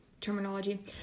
terminology